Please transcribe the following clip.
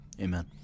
amen